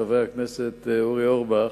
חבר הכנסת אורי אורבך,